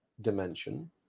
dimension